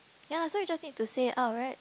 ya so you just need to say out right